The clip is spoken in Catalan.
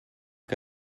que